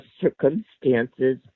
circumstances